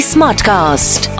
Smartcast